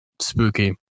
spooky